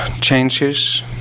changes